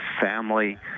family